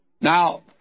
Now